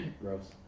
Gross